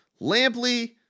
Lampley